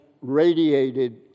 radiated